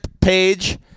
page